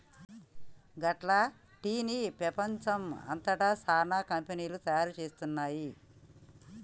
గట్ల టీ ని పెపంచం అంతట సానా కంపెనీలు తయారు చేస్తున్నాయి